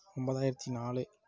ஒன்பதாயிரத்தி நாலு